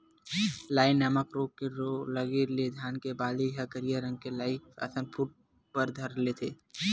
लाई नामक रोग के लगे ले धान के बाली ह करिया रंग के लाई असन फूट बर धर लेथे